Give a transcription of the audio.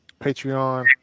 patreon